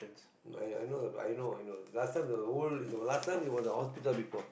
but uh I know but I know I know last time the old is last time it was a hospital before